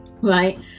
right